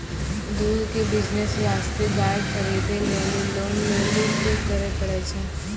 दूध के बिज़नेस वास्ते गाय खरीदे लेली लोन लेली की करे पड़ै छै?